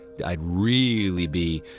i'd really be.